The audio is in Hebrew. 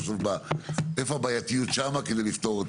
בסוף, מי שמעז